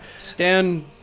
Stand